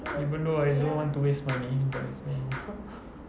even though I don't want to waste money but I still want